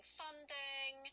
funding